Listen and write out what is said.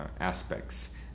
aspects